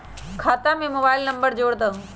खाता में mobile number जोड़ दहु?